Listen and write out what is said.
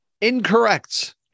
Incorrect